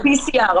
ב-PCR.